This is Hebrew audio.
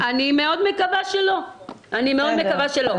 אני מתנגד לפטור מהנחה כפי שאני אתנגד לחוק ככלל.